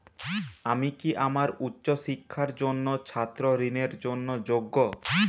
আমি কি আমার উচ্চ শিক্ষার জন্য ছাত্র ঋণের জন্য যোগ্য?